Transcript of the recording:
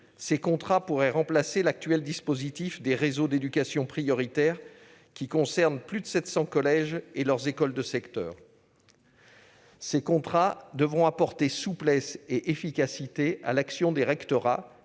ces contrats pourraient remplacer l'actuel dispositif des réseaux d'éducation prioritaire, qui concerne plus de 700 collèges et leurs écoles de secteur. Ces contrats devront apporter souplesse et efficacité à l'action des rectorats,